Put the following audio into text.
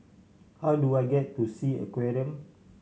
how do I get to Sea Aquarium